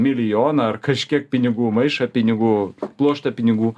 milijoną ar kažkiek pinigų maišą pinigų pluoštą pinigų